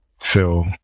feel